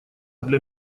для